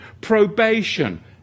Probation